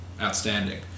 outstanding